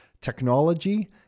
technology